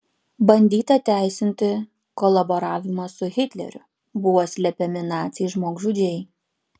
bandyta teisinti kolaboravimą su hitleriu buvo slepiami naciai žmogžudžiai